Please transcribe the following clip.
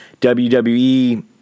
WWE